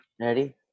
Ready